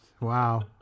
Wow